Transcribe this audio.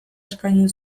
eskaini